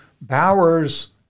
Bower's